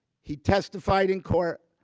he testified in court,